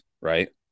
right